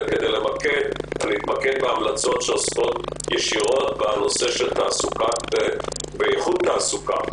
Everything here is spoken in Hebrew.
אתמקד בהמלצות שעוסקות ישירות בנושא של תעסוקה ואיכות התעסוקה.